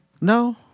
No